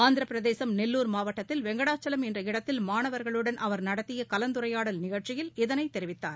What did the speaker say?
ஆந்திரப் பிரதேசம் நெல்லூர் மாவட்டத்தில் வெங்கடாச்சலம் என்ற இடத்தில் மாணவர்களுடன் அவர் நடத்திய கலந்துரையாடல் நிகழ்ச்சியில் இதனை தெரிவித்தார்